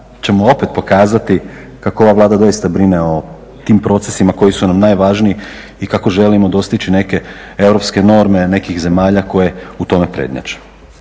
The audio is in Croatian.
ćemo opet pokazati kako ova Vlada doista brine o tim procesima koji su nam najvažniji i kako želimo dostići neke europske norme nekih zemalja koje u tome prednjače.